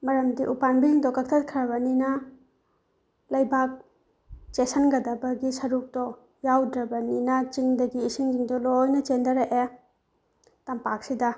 ꯃꯔꯝꯗꯤ ꯎꯄꯥꯝꯕꯤꯁꯤꯡꯗꯨ ꯀꯛꯊꯠꯈ꯭ꯔꯕꯅꯤꯅ ꯂꯩꯕꯥꯛ ꯆꯦꯠꯁꯤꯟꯒꯗꯕꯒꯤ ꯁꯔꯨꯛꯇꯣ ꯌꯥꯎꯗ꯭ꯔꯕꯅꯤꯅ ꯆꯤꯡꯗꯒꯤ ꯏꯁꯤꯡꯁꯤꯡꯗꯣ ꯂꯣꯏꯅ ꯆꯦꯟꯗꯔꯛꯑꯦ ꯇꯝꯄꯥꯛꯁꯤꯗ